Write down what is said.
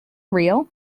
real